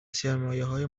سرمایههای